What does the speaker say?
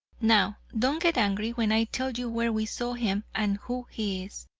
now, don't get angry when i tell you where we saw him and who he is,